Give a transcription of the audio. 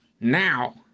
Now